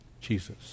Jesus